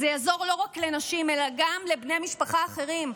זה יעזור לא רק לנשים אלא גם לבני משפחה אחרים.